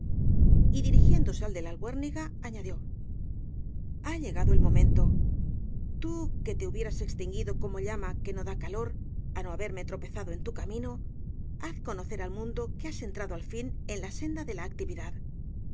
y dirigiéndose al de la albuérniga añadió ha llegado el momento tú que te hubieras extinguido como llama que no da calor á no haberme tropezado en tu camino haz conocer al mundo que has entrado al fin en la senda de la actividad